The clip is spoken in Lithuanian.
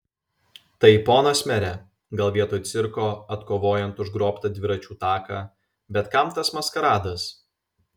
tai ponas mere gal vietoj cirko atkovojant užgrobtą dviračių taką bet kam tas maskaradas